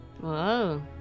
Whoa